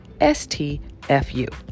STFU